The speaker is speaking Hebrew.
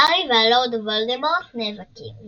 הארי והלורד וולדמורט נאבקים,